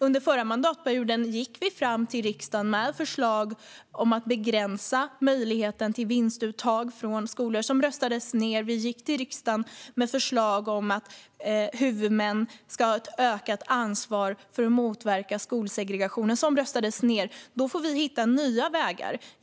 Under förra mandatperioden gick vi till riksdagen med förslag om att begränsa möjligheten till vinstuttag från skolor. Det röstades ned. Vi gick till riksdagen med förslag om att huvudmän ska ha ett ökat ansvar för att motverka skolsegregationen. Det röstades ned. Då får vi hitta nya vägar.